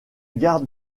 garde